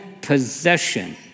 possession